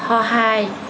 সহায়